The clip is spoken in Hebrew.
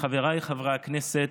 חבריי חברי הכנסת,